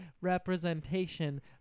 representation